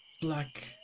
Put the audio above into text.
black